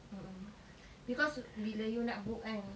mm mm because bila you nak book kan